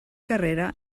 guerrera